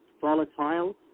Volatile